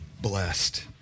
blessed